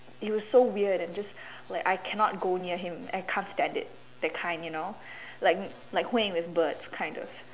he was so weird and just like I cannot go near him I can't stand it that kind you know like like Hui-Ying with birds kind of